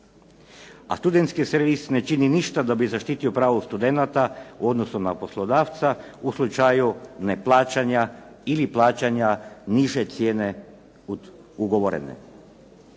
A studentski servis ne čini ništa da bi zaštitio pravo studenata u odnosu na poslodavca u slučaju neplaćanja ili plaćanja niže cijene od ugovorene.